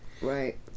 Right